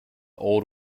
old